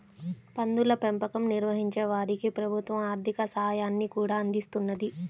పందుల పెంపకం నిర్వహించే వారికి ప్రభుత్వం ఆర్ధిక సాయాన్ని కూడా అందిస్తున్నది